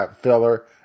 filler